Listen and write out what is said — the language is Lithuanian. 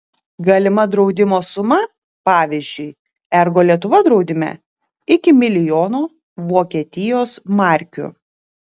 galima draudimo suma pavyzdžiui ergo lietuva draudime iki milijono vokietijos markių